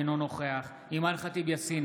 אינו נוכח אימאן ח'טיב יאסין,